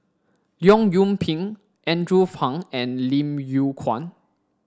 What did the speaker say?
Leong Yoon Pin Andrew Phang and Lim Yew Kuan